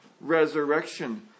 resurrection